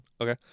Okay